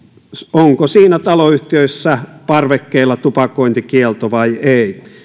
onko siinä taloyhtiössä parvekkeilla tupakointikielto vai ei